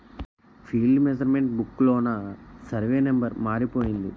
field measurement book లోన survey number మారిపోయింది